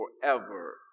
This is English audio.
forever